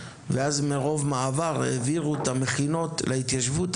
ואז מרוב מעבר העבירו את המכינות להתיישבות.